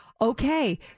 Okay